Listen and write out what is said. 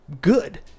good